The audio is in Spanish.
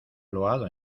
loado